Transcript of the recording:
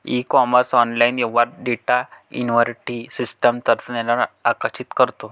E commerce online व्यवहार data inventory system तंत्रज्ञानावर आकर्षित करतो